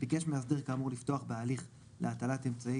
ביקש מאסדר כאמור לפתוח בהליך להטלת אמצעי